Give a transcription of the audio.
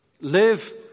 live